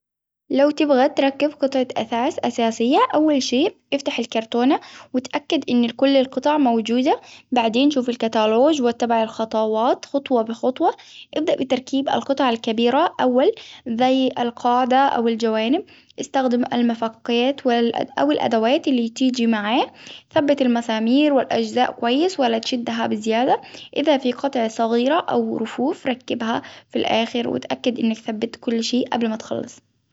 لو تبغى تركب قطعة أثاث أساسية أول شي إفتح الكرتونة وإتأكد إن كل القطع موجودة ، بعدين شوفوا الكتالوج والتبع الخطوات خطوة بخطوة، إبدأ بتركيب القطع الكبيرة أول زي القاعدة أو الجوانب ، إستخدم المفكات أو الأدوات اللي بتيجي ثبت المسامير والأجزاء كويس ولا تشدها بزيادة، إذا في قطعة صغيرة أو رفوف ركبها في الآخر وإتأكد أنك ثبت كل شيء قبل ما تخلص.